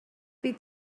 bydd